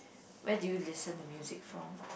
where do you listen to music from